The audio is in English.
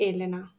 Elena